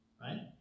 Right